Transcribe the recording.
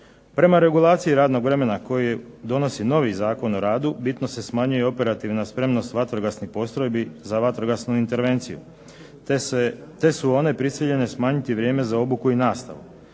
Prema regulaciji radnog vremena koji donosi novi Zakon o radu, bitno se smanjuje operativna spremnost vatrogasnih postrojbi za vatrogasnu intervenciju, te su one prisiljene smanjiti vrijeme za obuku i nastavu.